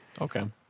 Okay